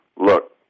look